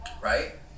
Right